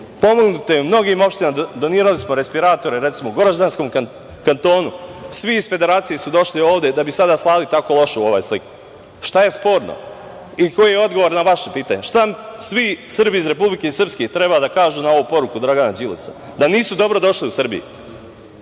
pomognuto je mnogim opštinama, donirali smo respiratore, recimo, Goraždinskom kantonu, svi iz Federacije su došli ovde, da bi sada slali tako lošu sliku. Šta je sporno? Koji je odgovor na vaše pitanje? Šta svi Srbi iz Republike Srpske treba da kažu na ovu poruku Dragana Đilasa? Da nisu dobrodošli u Srbiju?